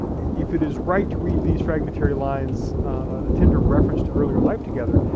if it is right to read these fragmentary lines, a tender reference to earlier life together,